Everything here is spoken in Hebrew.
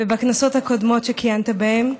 ובכנסות הקודמות שכיהנת בהן.